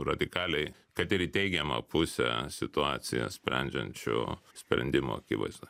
radikaliai kad ir į teigiamą pusę situaciją sprendžiančių sprendimų akivaizdoj